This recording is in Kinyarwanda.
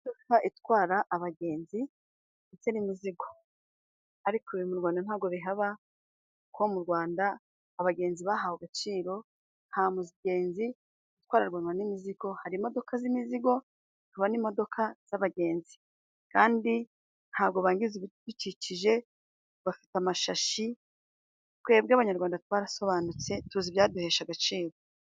Imodoka itwara abagenzi ndetse n'imizigo ariko mu Rwanda ntabwo bihaba, kuko mu Rwanda abagenzi bahawe agaciro, nta mugenzi utwaranwa n'imizigo. Hari imodoka z'imizigo, haba n'imodoka y'abagenzi, kandi ntabwo bangiza ibidukikije, bafite amashashi, twebwe abanyarwanda twarasobanutse tuzi ibyaduhesha agaciro.